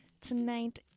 Tonight